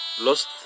lost